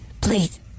Please